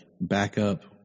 backup